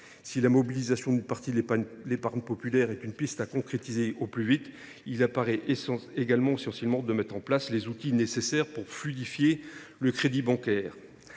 Si la mobilisation d’une partie de l’épargne populaire est une piste à concrétiser au plus vite, il paraît également essentiel de déployer les outils nécessaires pour fluidifier le crédit bancaire.